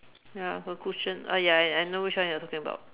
ya for cushion ah ya ya I know which one you're talking about